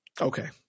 Okay